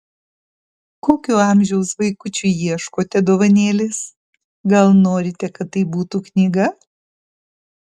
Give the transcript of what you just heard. kokio amžiaus vaikučiui ieškote dovanėlės gal norite kad tai būtų knyga